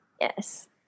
Yes